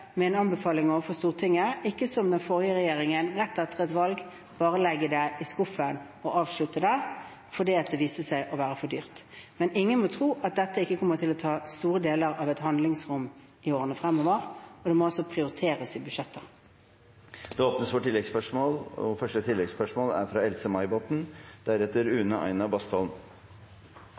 med en anbefaling overfor Stortinget, og ikke som den forrige regjering rett etter et valg bare legge det i skuffen og avslutte det, fordi det viste seg å være for dyrt. Men ingen må tro at ikke dette kommer til å ta store deler av et handlingsrom i årene fremover. Det må altså prioriteres i budsjettet. Det